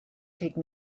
take